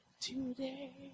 today